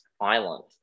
island